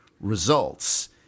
results